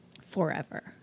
Forever